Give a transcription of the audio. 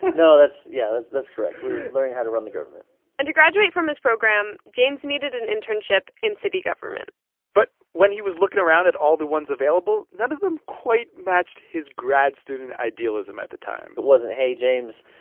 no, that's yeah, that's correct. we were learning how to run the government and to graduate from his program, james needed an internship in city government but when he was looking around at all the ones available, none of them quite matched his grad student idealism at the time it wasn't, hey, james,